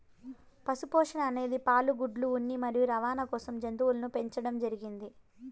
పశు పోషణ అనేది పాలు, గుడ్లు, ఉన్ని మరియు రవాణ కోసం జంతువులను పెంచండం జరిగింది